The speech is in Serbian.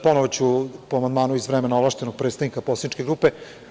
Ponovo ću po amandmanu iz vremena ovlašćenog predstavnika poslaničke grupe.